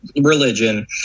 religion